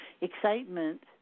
excitement